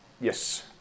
Yes